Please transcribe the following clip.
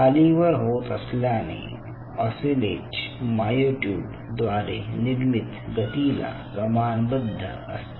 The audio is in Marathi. खालीवर होत असल्याने ऑसीलेट मायोट्युब द्वारे निर्मित गतीला प्रमाणबध्द असते